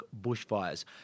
bushfires